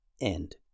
End